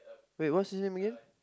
wait what's his name again